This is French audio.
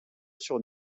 sur